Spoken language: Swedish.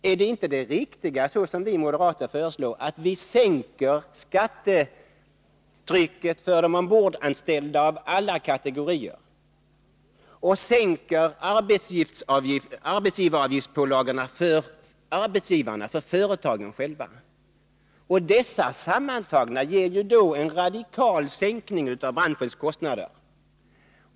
Är inte det rätta att, såsom vi moderater föreslår, sänka skattetrycket för de ombordanställda av alla kategorier och sänka arbetsgivaravgiftspålagorna för arbetsgivarna, för företagen själva? Sammantaget innebär ju detta en radikal sänkning av branschens kostnader.